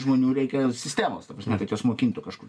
žmonių reikia sistemos ta prasme kad juos mokintų kažkur